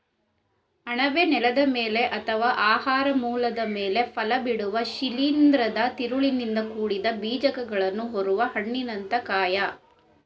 ಅಣಬೆ ನೆಲದ ಮೇಲೆ ಅಥವಾ ಆಹಾರ ಮೂಲದ ಮೇಲೆ ಫಲಬಿಡುವ ಶಿಲೀಂಧ್ರದ ತಿರುಳಿನಿಂದ ಕೂಡಿದ ಬೀಜಕಗಳನ್ನು ಹೊರುವ ಹಣ್ಣಿನಂಥ ಕಾಯ